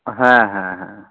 হ্যাঁ হ্যাঁ হ্যাঁ